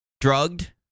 drugged